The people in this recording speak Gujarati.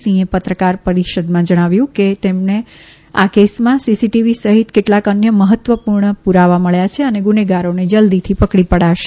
સિંહે પત્રકાર પરિષદમાં કહ્યું કે તેમને આ કેસમાં સીસી ટીવી સહિત કેટલાંક અન્ય મફત્વપૂર્ણ પુરાવા મળ્યા છે અને ગુનેગારોને જલ્દીથી પકડી પડાશે